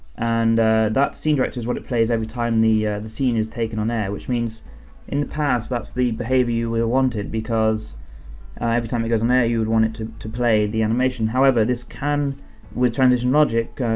and that scene director is what it plays every time the the scene is taken on air, which means in the past, that's the behavior we wanted, because every time it goes on there, you would want it to to play the animation. however, this can with transition logic,